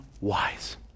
wise